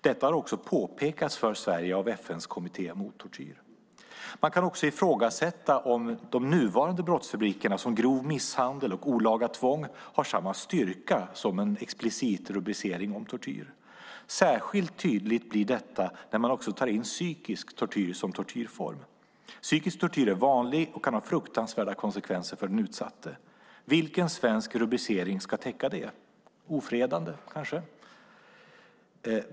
Detta har också påpekats för Sverige av FN:s kommitté mot tortyr. Man kan också ifrågasätta om de nuvarande brottsrubrikerna som grov misshandel och olaga tvång har samma styrka som en explicit rubricering om tortyr. Särskilt tydligt blir detta när man också tar in psykisk tortyr som tortyrform. Psykisk tortyr är vanlig och kan ha fruktansvärda konsekvenser för den utsatte. Vilken svensk rubricering ska täcka detta? Kanske ofredande?